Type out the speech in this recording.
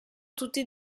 tutti